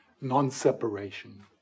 non-separation